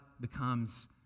becomes